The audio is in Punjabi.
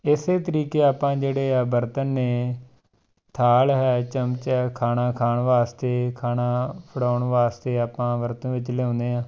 ਇਸ ਤਰੀਕੇ ਆਪਾਂ ਜਿਹੜੇ ਆ ਬਰਤਨ ਨੇ ਥਾਲ ਹੈ ਚਮਚ ਹੈ ਖਾਣਾ ਖਾਣ ਵਾਸਤੇ ਖਾਣਾ ਫੜਾਉਣ ਵਾਸਤੇ ਆਪਾਂ ਵਰਤੋਂ ਵਿੱਚ ਲਿਆਉਂਦੇ ਹਾਂ